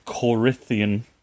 Corinthian